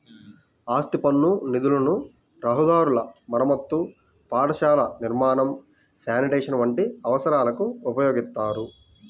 ఆస్తి పన్ను నిధులను రహదారుల మరమ్మతు, పాఠశాలల నిర్మాణం, శానిటేషన్ వంటి అవసరాలకు ఉపయోగిత్తారు